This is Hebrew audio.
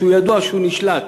שידוע שהוא נשלט,